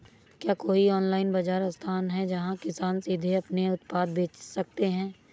क्या कोई ऑनलाइन बाज़ार स्थान है जहाँ किसान सीधे अपने उत्पाद बेच सकते हैं?